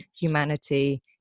humanity